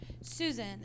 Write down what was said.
Susan